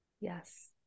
Yes